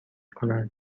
کنند